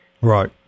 Right